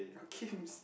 I keep miss